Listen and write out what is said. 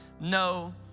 No